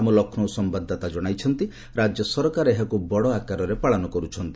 ଆମ ଲକ୍ଷ୍ନୌ ସମ୍ଭାଦଦାତା ଜଣାଇଛନ୍ତି ଯେ ରାଜ୍ୟ ସରକାର ଏହାକୁ ବଡ଼ ଆକାରରେ ପାଳନ କରୁଛନ୍ତି